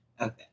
Okay